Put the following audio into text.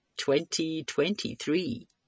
2023